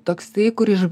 toksai kur iš